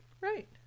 Right